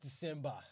December